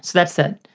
that's it.